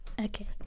Okay